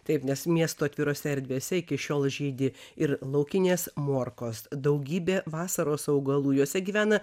taip nes miesto atvirose erdvėse iki šiol žydi ir laukinės morkos daugybė vasaros augalų juose gyvena